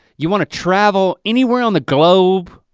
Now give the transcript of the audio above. you wanna travel anywhere on the globe